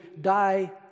die